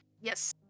yes